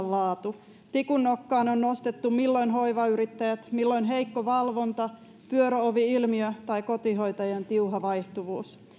laatu tikun nokkaan on nostettu milloin hoivayrittäjät milloin heikko valvonta pyöröovi ilmiö tai kotihoitajan tiuha vaihtuvuus